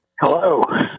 Hello